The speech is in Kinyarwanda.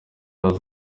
are